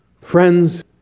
friends